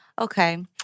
Okay